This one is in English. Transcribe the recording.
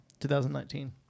2019